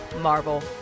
Marvel